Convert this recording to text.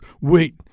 wait